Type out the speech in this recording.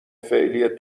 فعلی